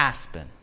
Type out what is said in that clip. Aspen